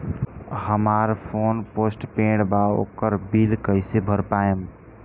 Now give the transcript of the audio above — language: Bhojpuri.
हमार फोन पोस्ट पेंड़ बा ओकर बिल कईसे भर पाएम?